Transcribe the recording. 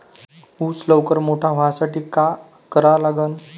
ऊस लवकर मोठा व्हासाठी का करा लागन?